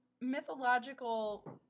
mythological